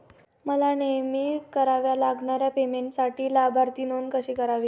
मला नेहमी कराव्या लागणाऱ्या पेमेंटसाठी लाभार्थी नोंद कशी करावी?